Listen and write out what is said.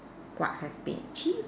what have been achieved